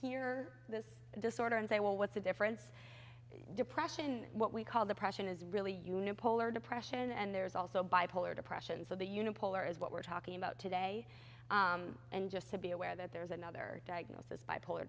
hear this disorder and say well what's the difference depression what we call depression is really you know polar depression and there's also bipolar depression so the unit polar is what we're talking about today and just to be aware that there's another diagnosed as bipolar